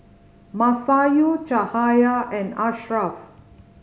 Masayu Cahaya and Ashraff